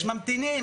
יש ממתינים,